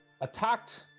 attacked